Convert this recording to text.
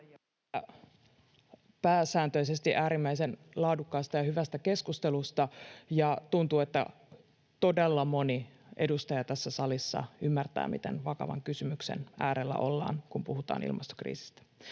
pääsääntöisesti äärimmäisen laadukkaasta ja hyvästä keskustelusta, ja tuntuu, että todella moni edustaja tässä salissa ymmärtää, miten vakavan kysymyksen äärellä ollaan, kun puhutaan ilmastokriisistä.